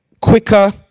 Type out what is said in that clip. quicker